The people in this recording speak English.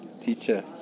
teacher